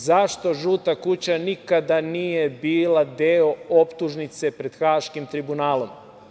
Zašto „žuta kuća“ nikada nije bila deo optužnice pred Haškim tribunalom?